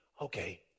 Okay